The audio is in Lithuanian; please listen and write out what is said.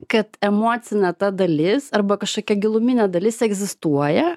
kad emocinė ta dalis arba kažkokia giluminė dalis egzistuoja